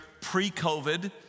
pre-COVID